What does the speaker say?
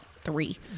three